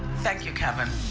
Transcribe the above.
thank you kevin.